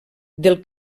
del